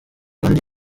kandi